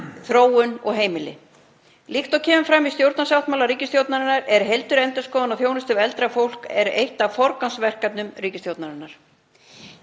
þróun og heimili. Líkt og kemur fram í stjórnarsáttmála ríkisstjórnarinnar er heildarendurskoðun á þjónustu við eldra fólk eitt af forgangsverkefnum ríkisstjórnarinnar.